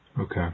Okay